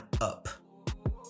up